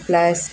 ಪ್ಲಾಸ್